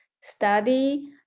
study